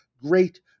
great